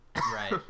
Right